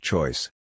Choice